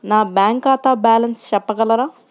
నా బ్యాంక్ ఖాతా బ్యాలెన్స్ చెప్పగలరా?